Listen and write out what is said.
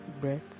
breath